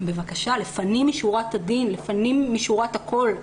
לפנים משורת הדין, לפנים משורת הכול,